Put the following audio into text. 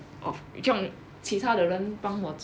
of 用其他的人帮我煮